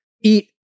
eat